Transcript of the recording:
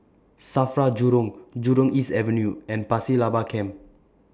SAFRA Jurong Jurong East Avenue and Pasir Laba Camp